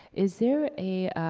is there a,